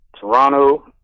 Toronto